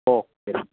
okay